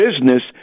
business